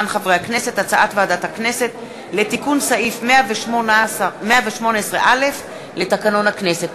הצעת ועדת הכנסת לתיקון סעיף 118(א) לתקנון הכנסת.